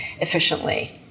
efficiently